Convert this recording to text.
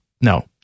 No